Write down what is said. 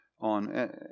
on